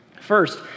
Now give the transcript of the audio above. First